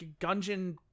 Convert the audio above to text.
Gungeon